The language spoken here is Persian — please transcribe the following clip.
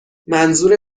منظور